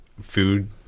food